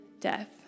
death